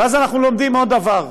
ואז אנחנו לומדים עוד דבר,